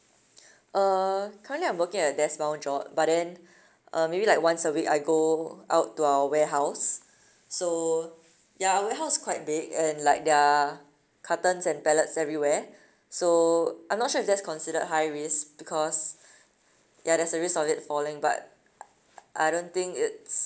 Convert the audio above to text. uh currently I'm working at a desk bound job but then uh maybe like once a week I go out to our warehouse so ya our warehouse is quite big and like there are cartons and pallets everywhere so I'm not sure if that's considered high risk because ya there's a risk of it falling but I don't think it's